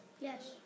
Yes